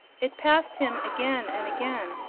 it passed him again and again,